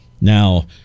Now